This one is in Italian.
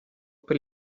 per